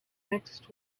next